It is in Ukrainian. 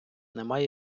немає